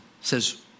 says